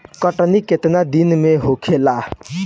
कटनी केतना दिन में होखेला?